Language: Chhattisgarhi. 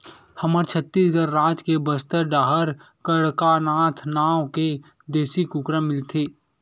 हमर छत्तीसगढ़ राज के बस्तर डाहर कड़कनाथ नाँव के देसी कुकरा मिलथे